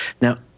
Now